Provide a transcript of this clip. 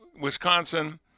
Wisconsin